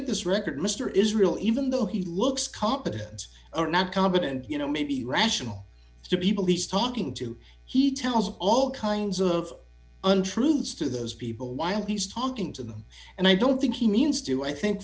at this record mr israel even though he looks competent or not competent you know maybe rational people these talking to he tells all kinds of untruths to those people while he's talking to them and i don't think he means do i think